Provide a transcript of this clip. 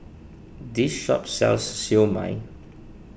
this shop sells Siew Mai